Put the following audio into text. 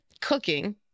cooking